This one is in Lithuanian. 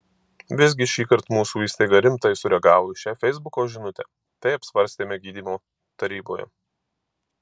visgi šįkart mūsų įstaiga rimtai sureagavo į šią feisbuko žinutę tai apsvarstėme gydymo taryboje